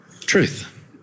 truth